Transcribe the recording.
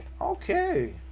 Okay